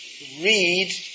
read